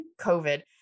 covid